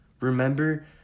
remember